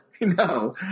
No